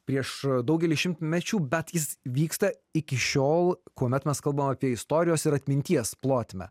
prieš daugelį šimtmečių bet jis vyksta iki šiol kuomet mes kalbam apie istorijos ir atminties plotmę